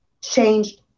changed